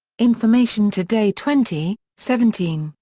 information today twenty seventeen,